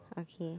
okay